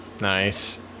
Nice